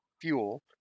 fuel